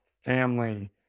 family